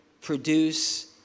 produce